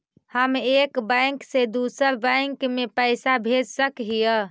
हम एक बैंक से दुसर बैंक में पैसा भेज सक हिय?